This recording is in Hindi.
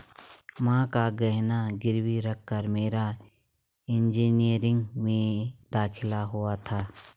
मां का गहना गिरवी रखकर मेरा इंजीनियरिंग में दाखिला हुआ था